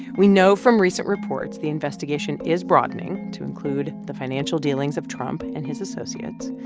we know from recent reports the investigation is broadening to include the financial dealings of trump and his associates.